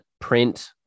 print